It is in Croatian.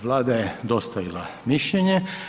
Vlada je dostavila mišljenje.